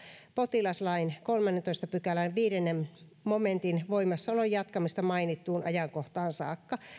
potilaslain kolmannentoista pykälän viidennen momentin voimassaolon jatkamista mainittuun ajankohtaan saakka